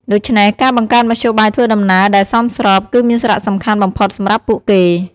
ដូច្នេះ ការបង្កើតមធ្យោបាយធ្វើដំណើរដែលសមស្រប គឺមានសារៈសំខាន់បំផុតសម្រាប់ពួកគេ។